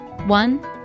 One